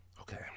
Okay